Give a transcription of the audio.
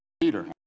Peter